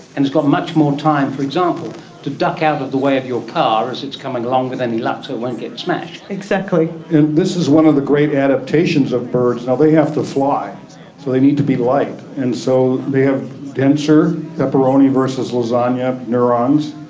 and it's got much more time, for example, to duck out of the way of your car as it's coming along, with any luck, so it won't get smashed. exactly. and this is one of the great adaptations of birds, and they have to fly so they need to be light, and so they have denser pepperoni versus lasagne ah neurons.